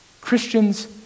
Christians